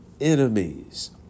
enemies